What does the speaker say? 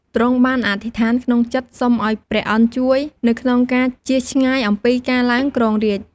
ទ្រង់បានអធិដ្ឋានក្នុងចិត្តសុំឱ្យព្រះឥន្ទ្រជួយ នៅក្នុងការជៀសឆ្ងាយអំពីការឡើងគ្រោងរាជ្យ។